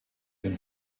den